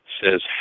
says